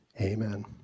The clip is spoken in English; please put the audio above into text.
amen